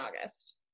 August